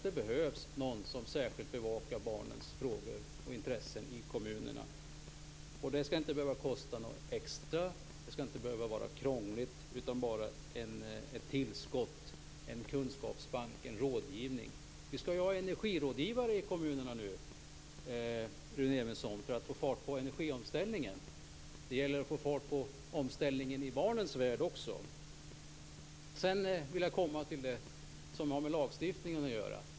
Det behövs någon som särskilt bevakar barnens frågor och intressen i kommunerna. Det skall inte behöva leda till extra kostnader, och det skall inte behöva vara krångligt utan vara ett tillskott - en kunskapsbank, en rådgivning. Det skall ju finnas energirådgivare i kommunerna nu, Rune Evensson, för att få fart på energiomställningen. Det gäller att få fart på omställningen i barnens värld också. Sedan vill jag komma till det som har med lagstiftningen att göra.